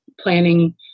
planning